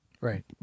right